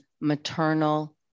maternal